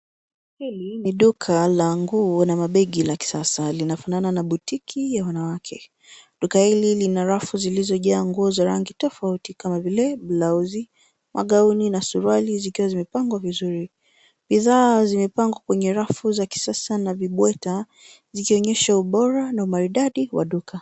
Hili ni duka la nguo na mabegi la kisasa. Linafanana na boutique ya wanawake. Duka hili lina rafu zilizojaa nguo za rangi tofauti kama vile blauzi, magauni na suruali zikiwa zimepangwa vizuri . Bidhaa zimepangwa kwenye rafu za kisasa na vibweta zikionyesha ubora na umaridadi wa duka.